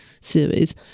series